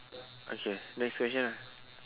okay next question ah